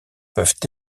peuvent